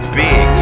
big